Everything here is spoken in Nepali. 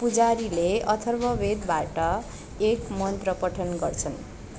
पुजारीले अथर्ववेदबाट एक मन्त्र पठन गर्छन्